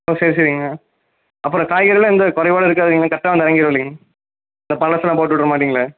ஓ சரி சரிங்க அப்புறோம் காய்கறி எல்லாம் எந்த குறைவோடும் இருக்காதுங்கள கர்ட்டாக வந்து இறங்கிடு இல்லிங்க இந்த பழசு எல்லாம் போட்டு விட்ற மாட்டீங்களே